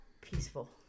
peaceful